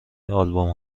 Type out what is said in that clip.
آلبوم